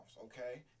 okay